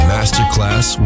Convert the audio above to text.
Masterclass